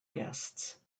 guests